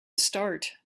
start